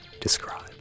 describe